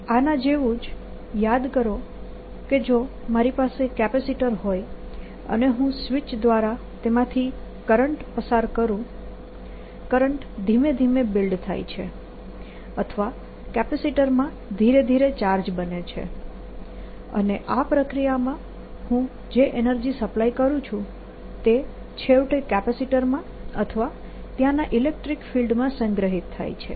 આના જેવું જ યાદ કરો કે જો મારી પાસે કેપેસિટર હોય અને હું સ્વીચ દ્વારા તેમાંથી કરંટ પસાર કરું કરંટ ધીમે ધીમે બિલ્ડ થાય છે અથવા કેપેસિટરમાં ધીરે ધીરે ચાર્જ બને છે અને આ પ્રક્રિયામાં હું જે એનર્જી સપ્લાય કરું છું તે છેવટે કેપેસિટરમાં અથવા ત્યાંના ઇલેક્ટ્રીક ફિલ્ડમાં સંગ્રહિત થાય છે